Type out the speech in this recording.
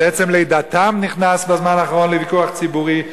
שעצם לידתם נכנס בזמן האחרון לוויכוח ציבורי,